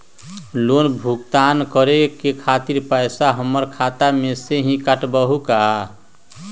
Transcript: Loan भुगतान करे के खातिर पैसा हमर खाता में से ही काटबहु का?